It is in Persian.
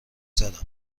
زدم